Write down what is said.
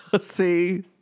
See